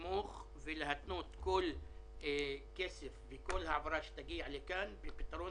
לתמוך ולהתנות כל כסף וכל העברה שתגיע לכאן בפתרון